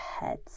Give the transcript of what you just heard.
heads